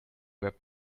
web